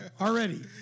Already